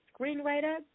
screenwriter